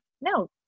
no